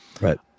right